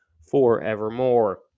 forevermore